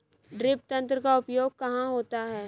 Drip तंत्र का उपयोग कहाँ होता है?